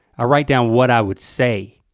i write down what i would say,